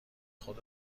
خود